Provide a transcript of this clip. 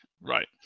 right